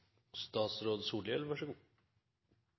statsråd. Så